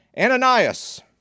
Ananias